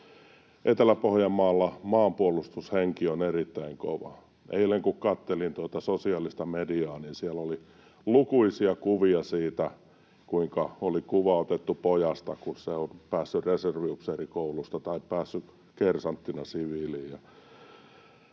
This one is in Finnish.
Etelä-Pohjanmaalla maanpuolustushenki on erittäin kova. Eilen kun katselin tuota sosiaalista mediaa, niin siellä oli lukuisia kuvia siitä: oli kuva otettu pojasta, kun hän oli päässyt Reserviupseerikoulusta tai päässyt kersanttina siviiliin.